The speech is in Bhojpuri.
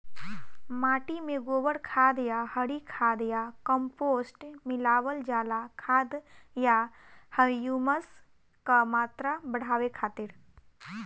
माटी में गोबर खाद या हरी खाद या कम्पोस्ट मिलावल जाला खाद या ह्यूमस क मात्रा बढ़ावे खातिर?